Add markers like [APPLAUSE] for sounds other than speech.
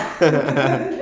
[LAUGHS]